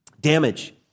damage